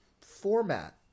format